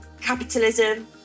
capitalism